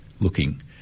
looking